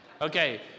okay